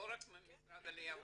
לא רק ממשרד העלייה והקליטה.